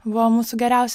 buvo mūsų geriausi